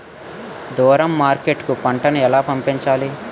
దూరం మార్కెట్ కు పంట ను ఎలా పంపించాలి?